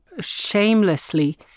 shamelessly